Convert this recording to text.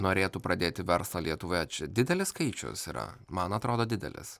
norėtų pradėti verslą lietuvoje čia didelis skaičius yra man atrodo didelis